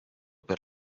per